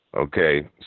Okay